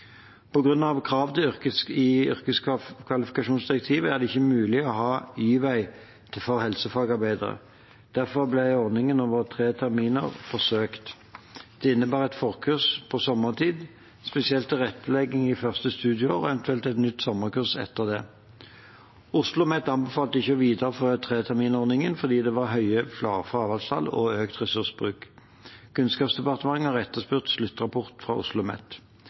i yrkeskvalifikasjonsdirektivet er det ikke mulig å ha Y-vei for helsefagarbeidere, og derfor ble ordningen over tre terminer forsøkt. Det innebar et forkurs på sommertid, spesiell tilrettelegging i første studieår og eventuelt et nytt sommerkurs etter det. OsloMet anbefalte ikke å videreføre treterminordningen fordi det var høye fraværstall og økt ressursbruk. Kunnskapsdepartementet har etterspurt sluttrapporten fra